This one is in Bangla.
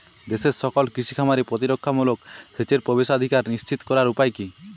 দেশের সকল কৃষি খামারে প্রতিরক্ষামূলক সেচের প্রবেশাধিকার নিশ্চিত করার উপায় কি?